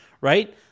right